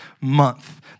month